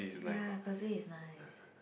ya cozy is nice